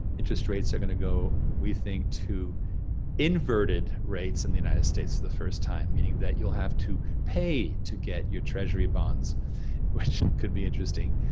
interest rates are gonna go, we think, to inverted rates in the united states for the first time, meaning that you'll have to pay to get your treasury bonds, which could be interesting.